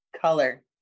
color